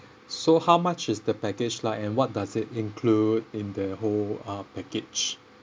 so how much is the package like and what does it include in the whole uh package